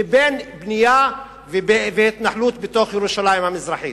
לבין בנייה והתנחלות בתוך ירושלים המזרחית.